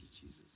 Jesus